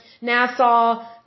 Nassau